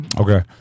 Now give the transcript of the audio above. Okay